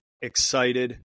excited